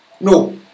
No